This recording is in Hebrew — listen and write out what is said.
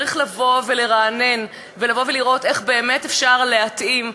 צריך לרענן ולראות איך אפשר להתאים,